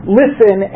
listen